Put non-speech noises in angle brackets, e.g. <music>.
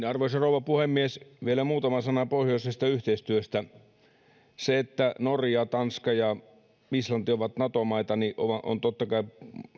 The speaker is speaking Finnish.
<unintelligible> arvoisa rouva puhemies vielä muutama sana pohjoisesta yhteistyöstä se että norja tanska ja islanti ovat nato maita on totta kai